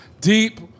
Deep